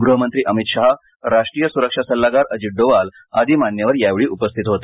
गृहमंत्री अमित शहा राष्ट्रीय सुरक्षा सल्लागार अजित डोवाल आदि मान्यवर यावेळी उपस्थित होते